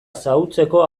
xahutzeko